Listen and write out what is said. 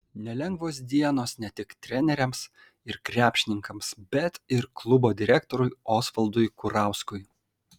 nelengvos dienos ne tik treneriams ir krepšininkams bet ir klubo direktoriui osvaldui kurauskui